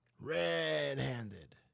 red-handed